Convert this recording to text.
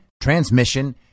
transmission